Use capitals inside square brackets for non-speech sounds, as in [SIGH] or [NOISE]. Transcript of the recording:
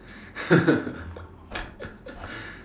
[LAUGHS]